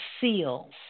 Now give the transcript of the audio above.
seals